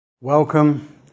Welcome